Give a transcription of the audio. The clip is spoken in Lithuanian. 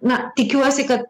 na tikiuosi kad